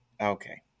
Okay